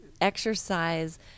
Exercise